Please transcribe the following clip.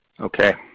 Okay